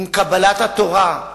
עם קבלת התורה,